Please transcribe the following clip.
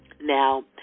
Now